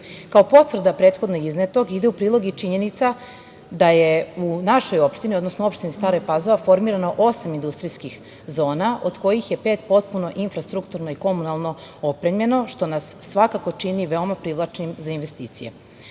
Kao potvrda prethodno iznetog ide u prilog i činjenica da je u našoj opštini, odnosno u opštini Stara Pazova, formirano osam industrijskih zona, od kojih je pet potpuno infrastrukturno i komunalno opremljeno, što nas svakako čini veoma privlačnim za investicije. Takođe